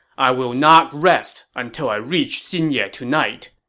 i will not rest until i reach xinye tonight!